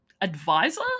Advisor